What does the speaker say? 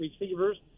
receivers